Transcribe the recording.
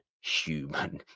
human